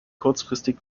kurzfristig